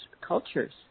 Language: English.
cultures